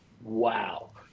wow